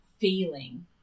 feeling